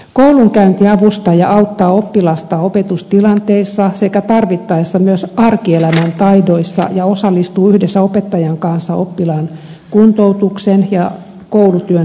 koulunkäyntiavustaja auttaa oppilasta opetustilanteissa sekä tarvittaessa myös arkielämän taidoissa ja osallistuu yhdessä opettajan kanssa oppilaan kuntoutuksen ja koulutyön suunnitteluun